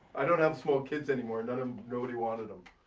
i don't have small kids anymore, and and um nobody wanted them.